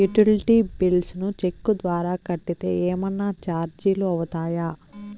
Utility bills ను cheque ద్వారా కట్టితే ఏమన్నా చార్జీలు అవుతాయా?